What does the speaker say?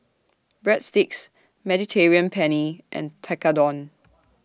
Breadsticks Mediterranean Penne and Tekkadon